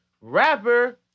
rapper